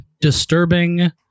disturbing